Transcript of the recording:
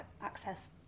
access